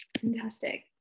Fantastic